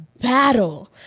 Battle